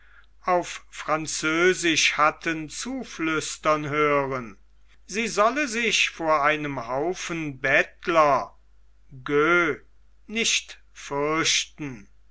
auf französisch hatten zuflüstern hören sie solle sich vor einem haufen bettler gueux nicht fürchten